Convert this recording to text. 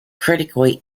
critically